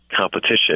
competition